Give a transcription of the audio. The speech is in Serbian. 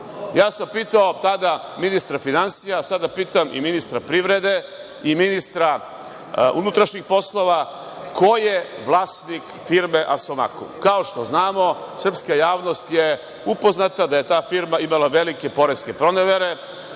Ja sam pitao tada ministra finansija, a sada pitam i ministra privrede i ministra unutrašnjih poslova – ko je vlasnik firme „Asomakum“?Kao što znamo, srpska javnost je upoznata da je ta firma imala velike poreske pronevere,